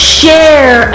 share